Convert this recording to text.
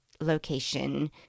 location